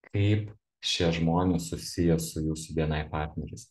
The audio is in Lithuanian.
kaip šie žmonės susiję su jūsų bni partneriais